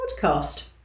Podcast